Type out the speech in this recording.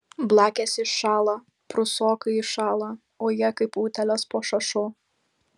blakės iššąla prūsokai iššąla o jie kaip utėlės po šašu